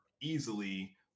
easily